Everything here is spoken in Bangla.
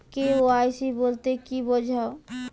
কে.ওয়াই.সি বলতে কি বোঝায়?